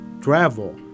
travel